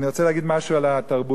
אני רוצה להגיד משהו על התרבות.